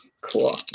Cool